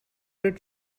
did